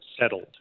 settled